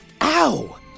Ow